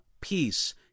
peace